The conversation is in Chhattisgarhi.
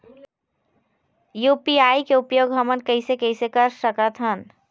यू.पी.आई के उपयोग हमन कैसे कैसे कर सकत हन?